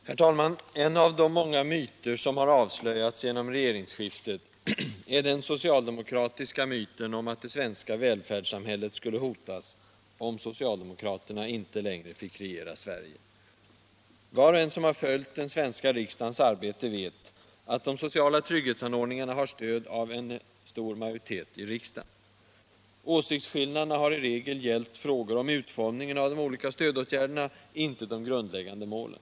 Herr talman! En av de många myter som har avslöjats genom regeringsskiftet är den socialdemokratiska myten om att det svenska välfärdssamhället skulle hotas om socialdemokraterna inte längre fick regera Sverige. Var och en som har följt den svenska riksdagens arbete vet, att de sociala trygghetsanordningarna har stöd av en stor majoritet i riksdagen. Åsiktsskillnaderna har i regel gällt frågor om utformningen av de olika stödåtgärderna, inte de grundläggande målen.